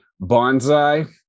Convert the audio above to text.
Bonsai